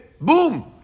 boom